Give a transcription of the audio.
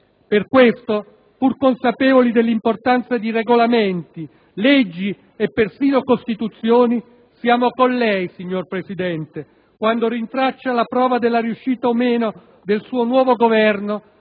Per questo, pur consapevoli dell'importanza di regolamenti, leggi e persino costituzioni, siamo con lei, signor Presidente, quando rintraccia la prova della riuscita o meno del suo nuovo Governo